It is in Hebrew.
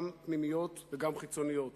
גם פנימיות וגם חיצוניות.